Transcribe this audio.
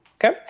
Okay